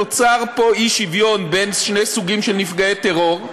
נוצר פה אי-שוויון בין שני סוגים של נפגעי טרור,